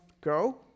go